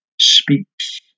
speaks